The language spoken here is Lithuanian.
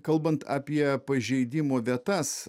kalbant apie pažeidimų vietas